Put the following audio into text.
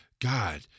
God